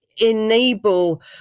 enable